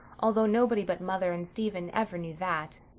although nobody but mother and stephen ever knew that.